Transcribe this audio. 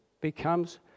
becomes